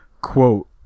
quote